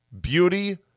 Beauty